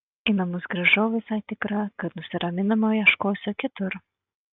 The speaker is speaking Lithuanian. į namus grįžau visai tikra kad nusiraminimo ieškosiu kitur